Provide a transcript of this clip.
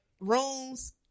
rooms